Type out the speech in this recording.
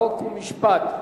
חוק ומשפט.